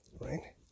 right